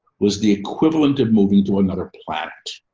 was the equivalent of moving to another planet